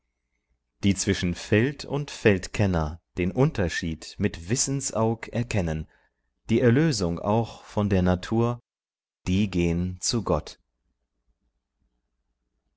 die zwischen feld und feldkenner den unterschied mit wissensaug erkennen die erlösung auch von der natur die gehn zu gott